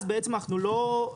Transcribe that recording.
אז בעצם אנחנו לא,